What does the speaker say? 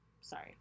Sorry